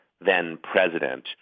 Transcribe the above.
then-President